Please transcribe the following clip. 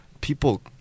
people